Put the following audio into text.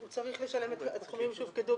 הוא צריך לשלם את הסכומים שהופקדו,